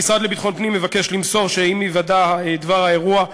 המשרד לביטחון פנים מבקש למסור שעם היוודע דבר האירוע,